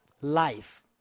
life